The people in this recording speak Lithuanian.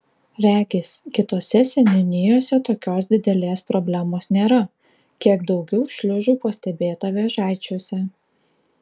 regis kitose seniūnijose tokios didelės problemos nėra kiek daugiau šliužų pastebėta vėžaičiuose